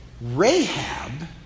Rahab